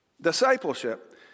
Discipleship